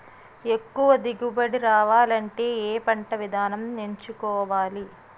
ఎక్కువ దిగుబడి రావాలంటే ఏ పంట విధానం ఎంచుకోవాలి?